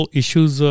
issues